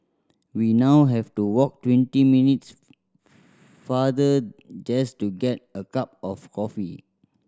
we now have to walk twenty minutes farther just to get a cup of coffee